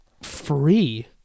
free